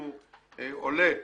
הוא עולה,